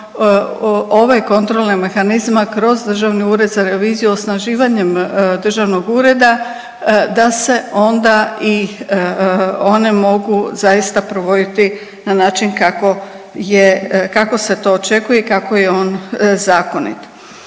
ove kontrolne mehanizme kroz Državni ured za reviziju osnaživanjem državnog ureda da se onda i one mogu zaista provoditi na način kako je kako se to očekuje i kako je on zakonit.